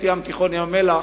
פרויקט הים התיכון ים-המלח,